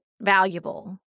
valuable